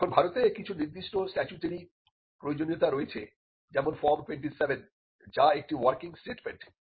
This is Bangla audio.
এখন ভারতে কিছু নির্দিষ্ট স্ট্যাটুটরি প্রয়োজনীয়তা রয়েছে যেমন ফর্ম 27 যা একটি ওয়ার্কিং স্টেটমেন্ট